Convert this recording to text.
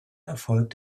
erfolg